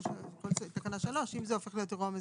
3, את כל תקנה 3, אם זה הופך להיות אירוע מזכה.